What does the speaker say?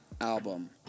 album